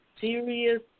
serious